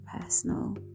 personal